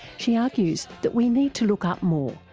she argues that we need to look up more,